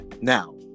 Now